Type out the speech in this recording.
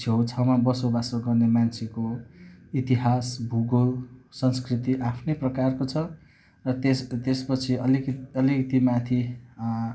छेउछाउमा बसोबासो गर्ने मान्छेको इतिहास भूगोल संस्कृति आफ्नै प्रकारको छ र त्यस त्यसपछि अलिकति अलिकति माथि